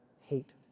hate